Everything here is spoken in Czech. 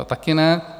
Taky ne.